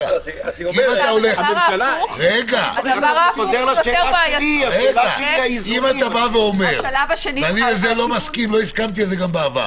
אם אתה אומר ואני לא מסכים ולא הסכמתי גם בעבר